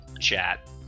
chat